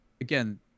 again